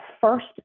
first